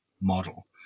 model